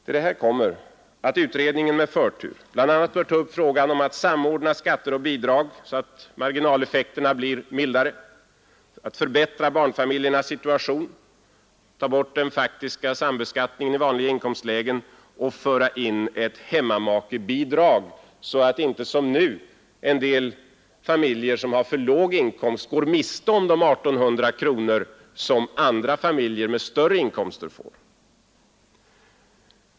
Till det här kommer att utredningen med förtur bl.a. bör ta upp frågan om att samordna skatter och bidrag, så att marginaleffekterna blir mildare, att förbättra barnfamiljernas situation, ta bort den faktiska sambeskattningen i vanliga inkomstlägen och införa ett hemmamakebidrag, så att inte som nu en del familjer, som har för låg inkomst, går miste om de 1 800 kronor som andra familjer med större inkomster får.